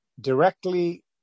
directly